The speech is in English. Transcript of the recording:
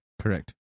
Correct